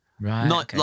Right